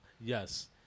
Yes